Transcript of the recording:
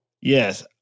Yes